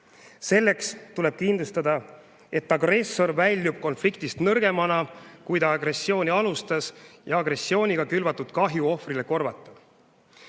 Selleks tuleb kindlustada, et agressor väljub konfliktist nõrgemana, kui ta agressiooni alustas, ja agressiooniga külvatud kahju ohvrile korvata.